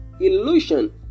illusion